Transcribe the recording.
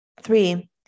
Three